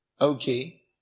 Okay